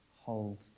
hold